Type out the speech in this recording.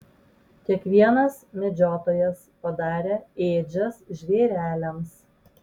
kiekvienas medžiotojas padarė ėdžias žvėreliams